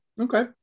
Okay